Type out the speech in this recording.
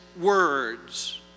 words